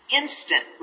instant